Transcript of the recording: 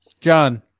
John